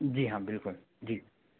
जी हाँ बिल्कुल जी